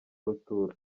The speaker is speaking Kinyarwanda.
rutura